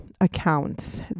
accounts